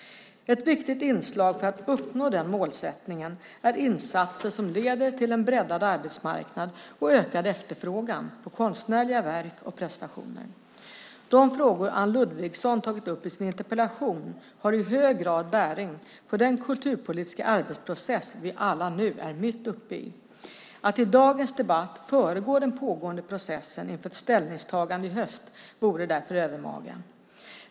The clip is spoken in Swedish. Ett viktigt inslag för att uppnå den målsättningen är insatser som leder till en breddad arbetsmarknad och ökad efterfrågan på konstnärliga verk och prestationer. De frågor Anne Ludvigsson har tagit upp i sin interpellation har i hög grad bäring på den kulturpolitiska arbetsprocess vi alla nu är mitt uppe i. Att i dagens debatt föregå den pågående processen inför ett ställningstagande i höst vore därför övermaga.